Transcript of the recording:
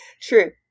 True